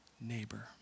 neighbor